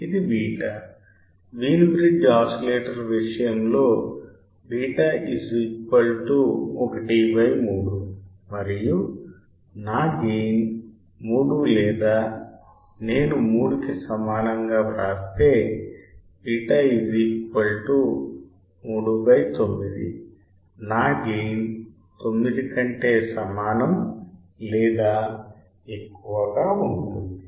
ఇది β Wien bridge oscillator విషయంలో β 13 మరియు నా గెయిన్ 3 లేదా నేను 3 కి సమానంగా వ్రాస్తే β 39 నా గెయిన్ 9 కంటే సమానం లేదా ఎక్కువగా ఉంటుంది